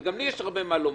וגם לי יש הרבה מה לומר,